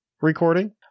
recording